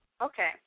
Okay